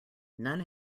none